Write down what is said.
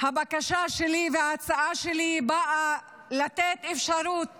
הבקשה שלי, ההצעה שלי באה לתת אפשרות